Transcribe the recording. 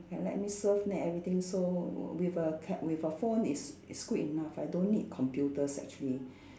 can let me surf net everything so w~ with a ca~ with a phone it's it's good enough I don't need computers actually